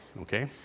okay